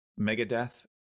Megadeth